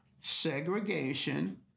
segregation